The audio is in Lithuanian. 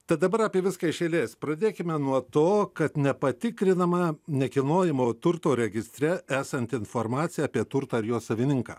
tad dabar apie viską iš eilės pradėkime nuo to kad nepatikrinama nekilnojamojo turto registre esanti informacija apie turtą ar jo savininką